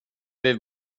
vid